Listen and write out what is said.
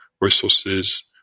resources